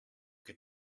che